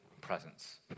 presence